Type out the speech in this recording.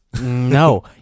No